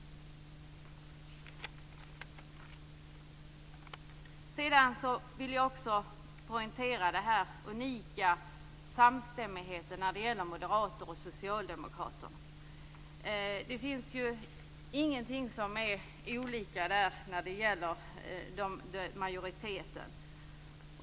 Sedan vill jag också poängtera den här unika samstämmigheten när det gäller moderater och socialdemokrater. Det finns ju ingenting som är olika där när det gäller majoriteten.